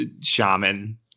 shaman